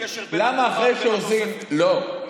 אין קשר בין, למה אחרי שעושים, לא.